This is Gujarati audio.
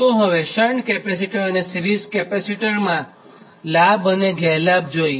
તો હવે શન્ટ કેપેસિટર અને સિરીઝ કેપેસિટરનાં લાભ અને ગેરલાભ જોઈએ